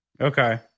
Okay